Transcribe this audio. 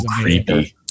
creepy